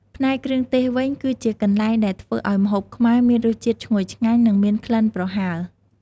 ផ្នែកគ្រឿងទេសវិញ គឺជាកន្លែងដែលធ្វើឱ្យម្ហូបខ្មែរមានរសជាតិឈ្ងុយឆ្ងាញ់ និងមានក្លិនប្រហើរ។